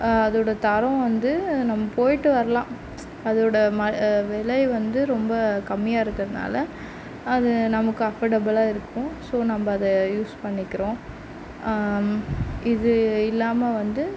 அதோடய தரம் வந்து நம்ப போயிட்டு வரலாம் அதோடய விலை வந்து ரொம்ப கம்மியாக இருக்கிறதுனால அது நமக்கு கம்ஃபர்ட்டபிள்லாக இருக்கும் ஸோ நம்ப அதை யூஸ் பண்ணிக்கிறோம் இது இல்லாமல் வந்து